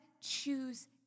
choose